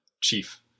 chief